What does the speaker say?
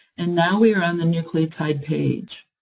and now we are on the nucleotide page.